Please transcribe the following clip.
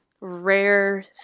rare